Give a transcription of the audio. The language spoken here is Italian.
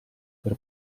per